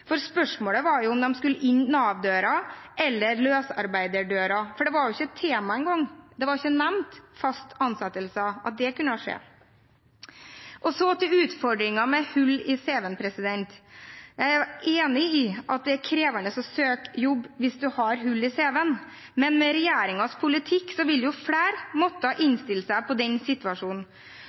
jobb. Spørsmålet var om de skulle inn Nav-døra eller løsarbeiderdøra. Fast ansettelse var ikke et tema engang, det var ikke nevnt at det kunne skje. Så til utfordringen med hull i cv-en. Jeg er enig i at det er krevende å søke jobb hvis man har hull i cv-en, men med regjeringens politikk vil flere måtte innstille seg på den situasjonen.